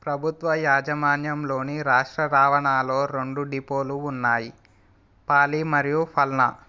ప్రభుత్వ యాజమాన్యంలోని రాష్ట్ర రవాణాలో రెండు డిపోలు ఉన్నాయి పాలి మరియు ఫల్నా